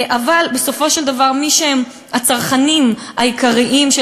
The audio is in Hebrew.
אבל בסופו של דבר הצרכנים העיקריים של